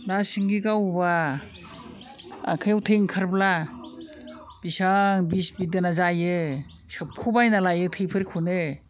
ना सिंगि गावोब्ला आखाइआव थै ओंखारब्ला बिसां बिस बिदोना जायो सोबख'बायना लायो थैफोरखौनो